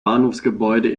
bahnhofsgebäude